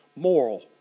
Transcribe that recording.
Moral